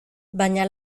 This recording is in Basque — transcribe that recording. baina